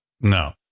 no